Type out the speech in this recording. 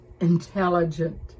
intelligent